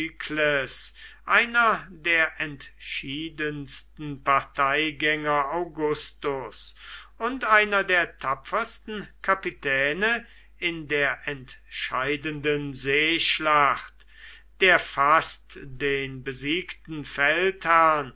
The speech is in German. einer der entschiedensten parteigänger augusts und einer der tapfersten kapitäne in der entscheidenden seeschlacht der fast den besiegten feldherrn